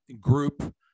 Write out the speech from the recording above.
group